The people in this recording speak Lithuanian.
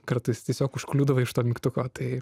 kartais tiesiog užkliūdavai už to mygtuko tai